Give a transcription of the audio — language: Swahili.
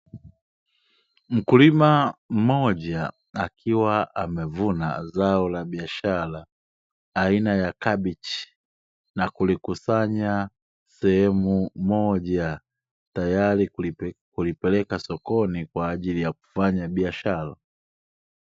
Mkulima mmoja akiwa amevuna zao la biashara aina ya kabichi na kulikusanya sehemu moja tayari kulipeleka sokoni kwa ajili ya kufanya biashara.